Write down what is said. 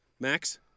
Max